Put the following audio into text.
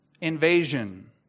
invasion